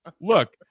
Look